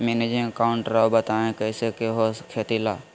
Managing account राव बताएं कैसे के हो खेती ला?